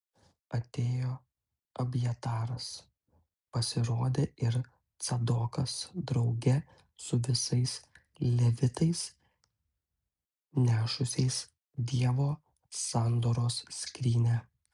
atėjo abjataras pasirodė ir cadokas drauge su visais levitais nešusiais dievo sandoros skrynią